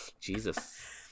Jesus